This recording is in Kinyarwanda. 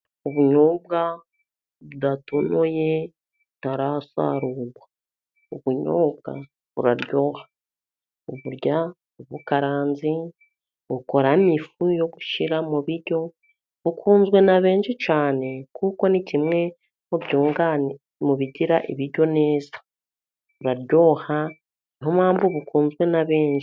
Ubunyobwa budatonoye butarasarurwa. Ubunyobwa buraryoha, uburya bukaranze, ukoramo ifu yo gushyira mu biryo, bukunzwe na benshi cyane kuko ni kimwe mu byunganira, mu bigira ibiryo neza. Buraryoha ni yo mpamvu bukunzwe na benshi.